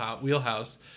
wheelhouse